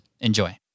Enjoy